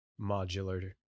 modular